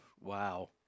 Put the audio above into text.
Wow